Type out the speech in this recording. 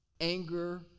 anger